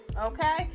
okay